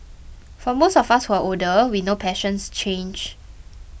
for most of us who are older we know passions change